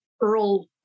Earl